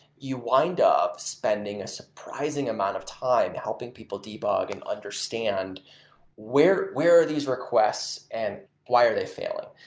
you wind up spending a surprising amount of time helping people debug and understand where where are these requests and why are they failing.